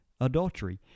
adultery